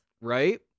Right